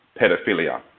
pedophilia